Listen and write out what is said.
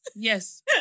Yes